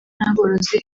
n’aborozi